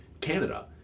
Canada